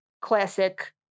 classic